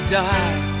die